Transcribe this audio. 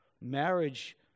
marriage